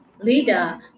leader